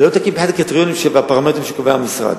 לא תקין מבחינת הקריטריונים והפרמטרים שקובע המשרד.